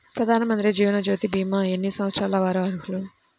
ప్రధానమంత్రి జీవనజ్యోతి భీమా ఎన్ని సంవత్సరాల వారు అర్హులు?